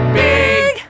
big